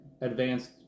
advanced